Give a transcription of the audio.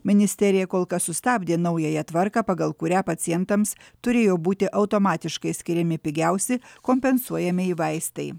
ministerija kol kas sustabdė naująją tvarką pagal kurią pacientams turėjo būti automatiškai skiriami pigiausi kompensuojamieji vaistai